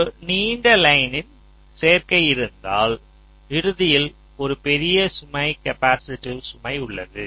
ஒரு நீண்ட லைனின் சேர்க்கை இருந்தால் இறுதியில் ஒரு பெரிய சுமை கேப்பாசிட்டிவ் சுமை உள்ளது